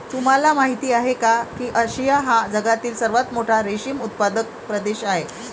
तुम्हाला माहिती आहे का की आशिया हा जगातील सर्वात मोठा रेशीम उत्पादक प्रदेश आहे